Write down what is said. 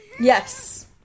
Yes